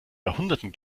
jahrhunderten